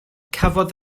cafodd